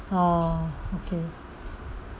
oh okay